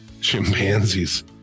chimpanzees